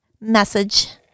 message